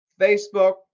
Facebook